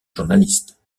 journaliste